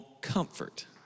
comfort